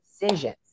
decisions